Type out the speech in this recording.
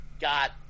got